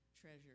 treasure